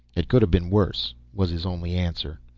it could have been worse, was his only answer.